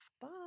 Bye